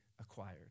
acquired